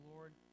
Lord